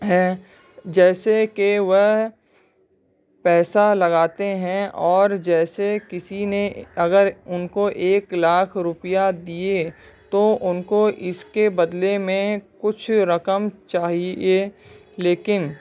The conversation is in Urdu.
ہیں جیسے کہ وہ پیسہ لگاتے ہیں اور جیسے کسی نے اگر ان کو ایک لاکھ روپیہ دیے تو ان کو اس کے بدلے میں کچھ رقم چاہیے لیکن